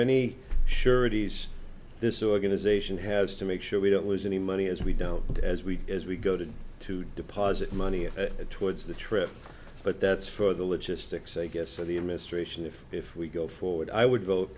any surety this organization has to make sure we don't was any money as we don't do as we as we go to to deposit money towards the trip but that's for the logistics i guess so the administration if if we go forward i would vote